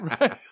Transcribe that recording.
Right